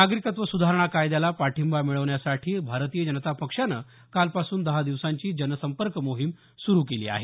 नागरिकत्व सुधारणा कायद्याला पाठिंबा मिळवण्यासाठी भारतीय जनता पक्षानं कालपासून दहा दिवसांची जनसंपर्क मोहीम सुरू केली आहे